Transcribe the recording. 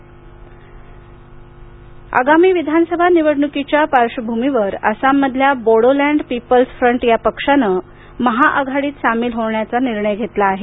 बोडोलँड आघाडी आगामी विधानसभा निवडणुकीच्या पार्श्वभूमीवर आसाममधल्या बोडोलँड पीपल्स फ्रंट या पक्षानं महाआघाडीत सामील होण्याचा निर्णय घेतला आहे